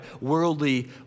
worldly